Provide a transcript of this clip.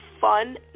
Fun